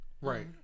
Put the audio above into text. Right